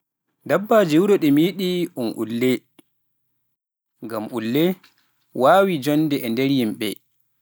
Dabbaaji wuro ɗi mi yiɗi ɗum ulle, ngam ulle waawii jonnde e nder yimɓe.